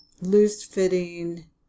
loose-fitting